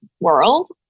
world